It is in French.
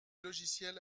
logiciel